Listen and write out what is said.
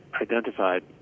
identified